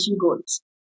goals